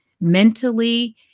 mentally